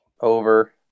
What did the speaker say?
over